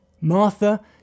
Martha